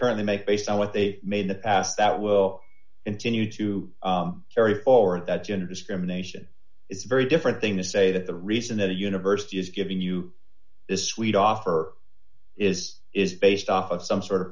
currently make based on what they made the pass that will continue to carry forward that gender discrimination is very different thing to say that the reason that a university is giving you the sweet offer is is based off of some sort of